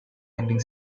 ending